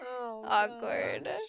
Awkward